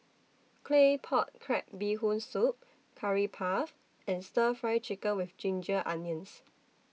Claypot Crab Bee Hoon Soup Curry Puff and Stir Fry Chicken with Ginger Onions